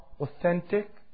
authentic